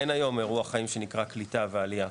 אין היום אירוע חיים שנקרא קליטה ועלייה,